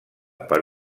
per